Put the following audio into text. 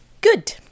Good